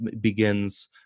begins